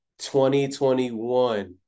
2021